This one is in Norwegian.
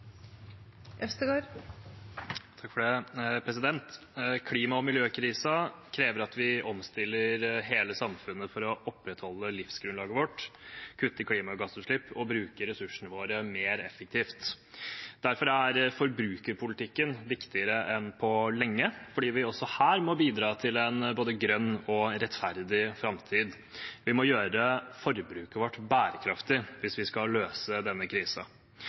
Klima- og miljøkrisen krever at vi omstiller hele samfunnet for å opprettholde livsgrunnlaget vårt, kutter i klimagassutslipp og bruker ressursene våre mer effektivt. Derfor er forbrukerpolitikken viktigere enn på lenge, fordi vi også her må bidra til en både grønn og rettferdig framtid. Vi må gjøre forbruket vårt bærekraftig hvis vi skal løse denne